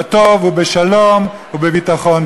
בטוב ובשלום ובביטחון.